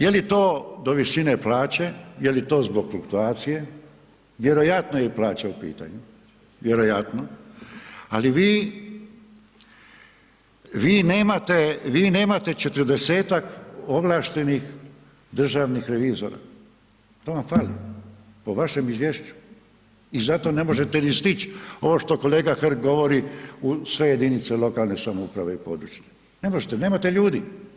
Je li to do visine plaće, je li to zbog kalkulacije, vjerojatno je plaća u pitanju, vjerojatno, ali vi nemate, vi nemate 40 ovlaštenih državnih revizora, to vam fali u vašem izvješću i zato ne možete ni stići, ovo što kolega Hrg govori u sve jedinice lokalne samouprave i područne, ne možete, nemate ljudi.